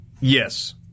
Yes